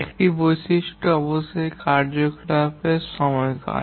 একটি বৈশিষ্ট্য অবশ্যই কার্যকলাপের সময়কাল